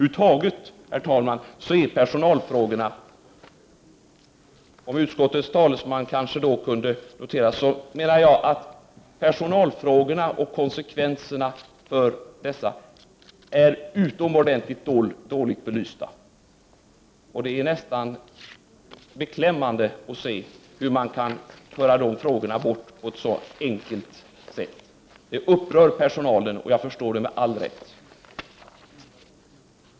Över huvud taget, herr talman, är personalfrågorna utomordentligt dåligt belysta. Det är nästan beklämmande att se hur man kan föra bort de frågorna på ett så enkelt sätt. Det upprör personalen, och det med all rätt.